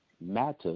Matter